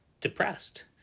depressed